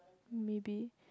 maybe